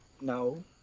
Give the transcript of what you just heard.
no